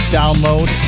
download